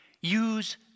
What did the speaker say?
Use